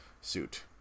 suit